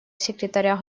секретаря